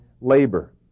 labor